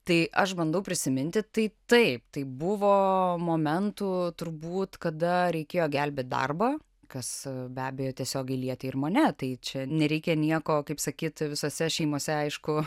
tai aš bandau prisiminti tai taip taip buvo momentų turbūt kada reikėjo gelbėt darbą kas be abejo tiesiogiai lietė ir mane tai čia nereikia nieko kaip sakyt visose šeimose aišku